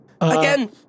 again